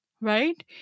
right